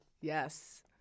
Yes